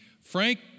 Frank